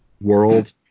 world